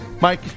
Mike